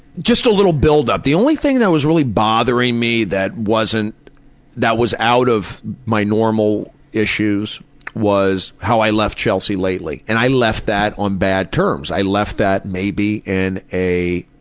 just a little buildup. the only thing that was really bothering me that wasn't that was out of my normal issues was how i left chelsea lately. and i left that on bad terms. i left that maybe in a